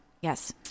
Yes